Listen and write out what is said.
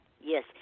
Yes